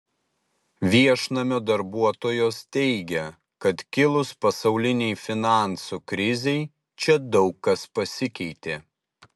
viešnamio darbuotojos teigia kad kilus pasaulinei finansų krizei čia daug kas pasikeitė